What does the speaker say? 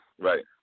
Right